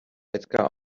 edgar